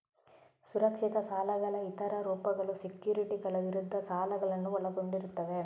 ಸುರಕ್ಷಿತ ಸಾಲಗಳ ಇತರ ರೂಪಗಳು ಸೆಕ್ಯುರಿಟಿಗಳ ವಿರುದ್ಧ ಸಾಲಗಳನ್ನು ಒಳಗೊಂಡಿರುತ್ತವೆ